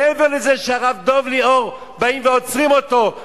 מעבר לזה שבאים ועוצרים את הרב דב ליאור,